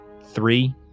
three